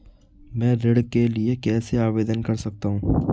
मैं ऋण के लिए कैसे आवेदन कर सकता हूं?